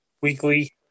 weekly